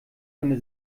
eine